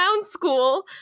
school